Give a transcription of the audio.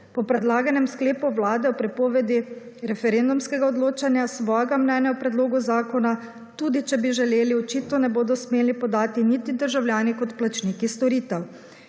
Po predlaganem sklepu vlade o prepovedi referendumskega odločanja svojega mnenja o predlogu zakona, tudi če bi želeli, očitno ne bodo smeli podati niti državljani kot plačniki storitev.